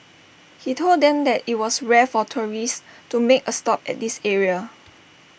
he told them that IT was rare for tourists to make A stop at this area